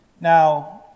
Now